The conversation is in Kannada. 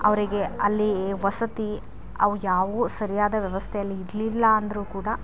ಅವರಿಗೆ ಅಲ್ಲಿ ವಸತಿ ಅವು ಯಾವುವೂ ಸರಿಯಾದ ವ್ಯವಸ್ಥೆಯಲ್ಲಿ ಇರಲಿಲ್ಲ ಅಂದರೂ ಕೂಡ